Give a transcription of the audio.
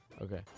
okay